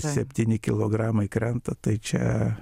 septyni kilogramai krenta tai čia